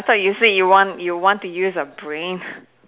I thought you say you want you want to use a brain